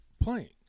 playing